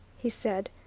he said,